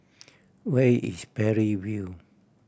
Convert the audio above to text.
where is Parry View